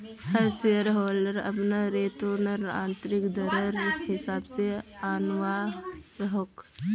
हर shareholder अपना return आंतरिक दरर हिसाब से आंनवा सकोह